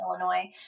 Illinois